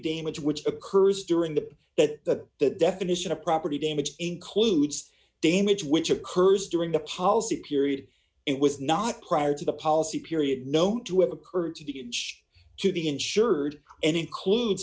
damage which occurs during that that the definition of property damage includes damage which occurs during the policy period it was not prior to the policy period known to have occurred to begin each to be insured and includes